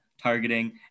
targeting